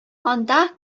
анда